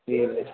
جی